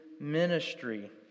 ministry